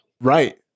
Right